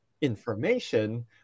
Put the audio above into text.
information